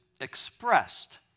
expressed